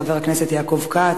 חבר הכנסת יעקב כץ,